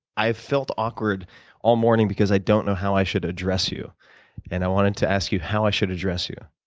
i've felt awkward all morning because i don't know how i should address you and i wanted to ask you how i should address you.